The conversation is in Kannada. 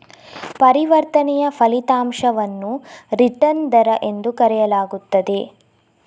ಪರಿವರ್ತನೆಯ ಫಲಿತಾಂಶವನ್ನು ರಿಟರ್ನ್ ದರ ಎಂದು ಕರೆಯಲಾಗುತ್ತದೆ